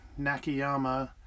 Nakayama